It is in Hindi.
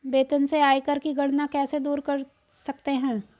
वेतन से आयकर की गणना कैसे दूर कर सकते है?